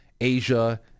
Asia